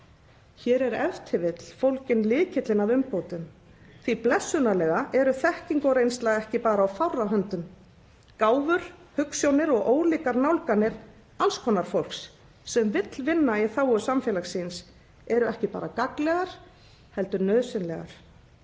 Hér er ef til vill fólginn lykillinn að umbótum því blessunarlega eru þekking og reynsla ekki bara á fárra höndum. Gáfur, hugsjónir og ólíkar nálganir alls konar fólks, sem vill vinna í þágu samfélags síns, eru ekki bara gagnlegar heldur nauðsynlegar.